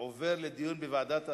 עובר לדיון בוועדת החינוך,